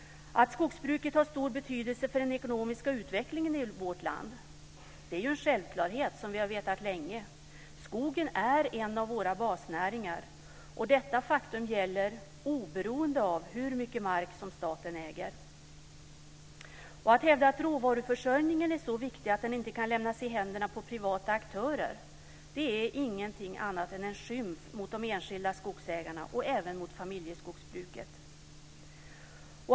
Att skogsbruket "har stor betydelse för den ekonomiska utvecklingen i vårt land" är ju en självklarhet, och det har vi vetat länge. Skogen är en av våra basnäringar, och detta faktum gäller oberoende av hur mycket mark staten äger. Att hävda att råvaruförsörjningen är så viktig att den inte kan lämnas i händerna på privata aktörer är ingenting annat än en skymf mot de enskilda skogsägarna och även mot familjeskogsbruket.